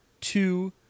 two